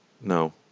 No